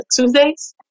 Tuesdays